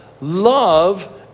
love